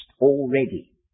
already